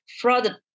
fraud